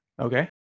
Okay